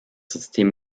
system